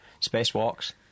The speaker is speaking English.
spacewalks